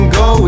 go